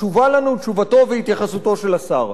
חשובות לנו תשובתו והתייחסותו של השר.